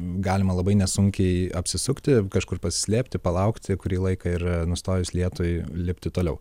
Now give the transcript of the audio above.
galima labai nesunkiai apsisukti kažkur pasislėpti palaukti kurį laiką ir nustojus lietui lipti toliau